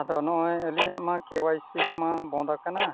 ᱟᱫᱚ ᱱᱚᱜᱼᱚᱭ ᱟᱞᱤᱧᱟᱜᱢᱟ ᱠᱮᱹ ᱳᱣᱟᱭ ᱥᱤ ᱠᱚᱢᱟ ᱵᱚᱱᱫ ᱟᱠᱟᱱᱟ